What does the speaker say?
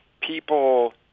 people